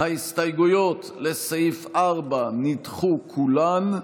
ההסתייגויות לסעיף 4 נדחו כולן,